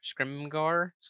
Scrimgar